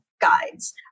guides